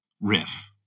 riff